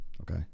Okay